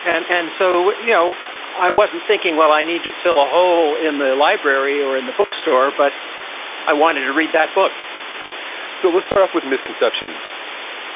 and, and so, you know i wasn't thinking, well i need to fill a hole in the library or in the bookstore, but i wanted to read that book so let's start off with misconceptions